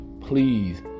please